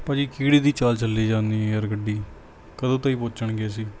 ਭਾਅ ਜੀ ਕੀੜੀ ਦੀ ਚਾਲ ਚੱਲੀ ਜਾਂਦੀ ਯਾਰ ਗੱਡੀ ਕਦੋਂ ਤਾਈਂ ਪਹੁੰਚਣਗੇ ਅਸੀਂ